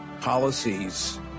policies